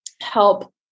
help